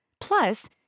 Plus